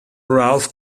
ralph